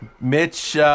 Mitch